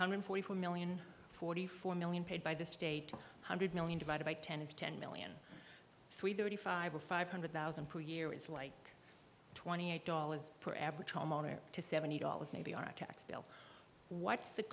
come in forty four million forty four million paid by the state two hundred million divided by ten is ten million three thirty five or five hundred thousand per year is like twenty eight dollars per average homeowner up to seventy dollars maybe our tax bill what